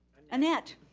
annette,